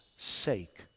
sake